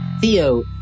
Theo